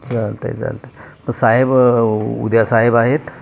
चालतं आहे चालतं आहे मग साहेब उद्या साहेब आहेत